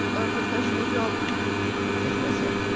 a professional job edgware said.